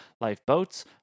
lifeboats